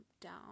down